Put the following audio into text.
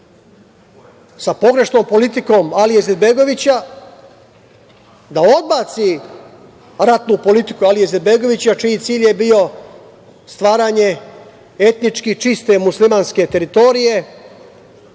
sa pogrešnom politikom Alije Izetbegovića, da odbaci ratnu politiku Alije Izetbegovića čiji cilj je bio stvaranje etnički čiste muslimanske teritorije